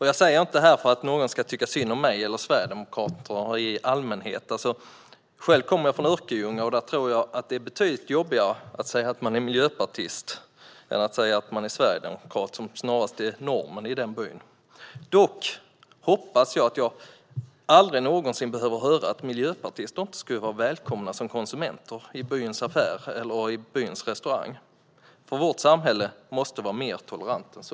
Jag säger inte detta för att någon ska tycka synd om mig eller om sverigedemokrater i allmänhet. Själv kommer jag från Örkelljunga, och där tror jag att det är betydligt jobbigare att säga att man är miljöpartist än att säga att man är sverigedemokrat, som snarast är normen i den byn. Dock hoppas jag att jag aldrig någonsin behöver höra att miljöpartister inte skulle vara välkomna som konsumenter i byns affär eller byns restaurang. Vårt samhälle måste vara mer tolerant än så.